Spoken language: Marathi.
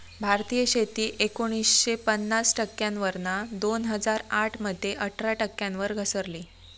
भारतीय शेती एकोणीसशे पन्नास टक्क्यांवरना दोन हजार आठ मध्ये अठरा टक्क्यांवर घसरली